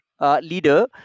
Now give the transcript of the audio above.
leader